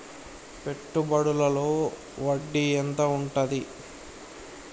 పెట్టుబడుల లో వడ్డీ ఎంత ఉంటది?